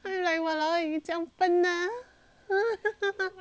I mean like !walao! 你将本啊